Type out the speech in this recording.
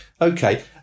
Okay